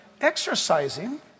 exercising